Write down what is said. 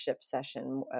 session